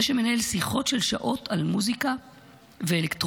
זה שמנהל שיחות של שעות על מוזיקה ואלקטרוניקה,